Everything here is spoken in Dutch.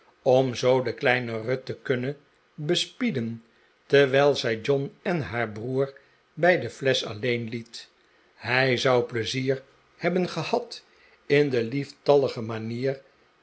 om zoo de kleine ruth te kunnen bespieden terwijl zij john en haar broer bij de flesch alleen liet hij zou pleizier hebben gehad in de lieftallige manier